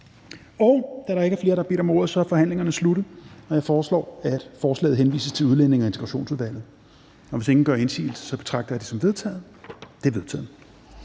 Da der ikke er flere, der har bedt om ordet, er forhandlingen sluttet. Jeg foreslår, at forslaget henvises til Udlændinge- og Integrationsudvalget. Hvis ingen gør indsigelse, betragter jeg det som vedtaget. Det er vedtaget.